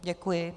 Děkuji.